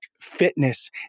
Fitness